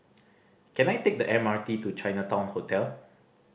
can I take the M R T to Chinatown Hotel